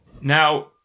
Now